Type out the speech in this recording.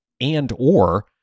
and/or